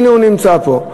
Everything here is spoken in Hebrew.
הנה הוא נמצא פה.